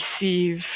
receive